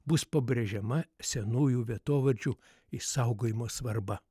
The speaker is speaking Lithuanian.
bus pabrėžiama senųjų vietovardžių išsaugojimo svarba